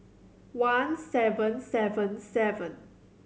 one seven seven seven